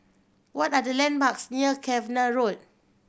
what are the landmarks near Cavenagh Road